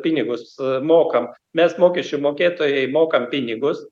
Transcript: pinigus mokam mes mokesčių mokėtojai mokam pinigus